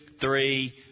three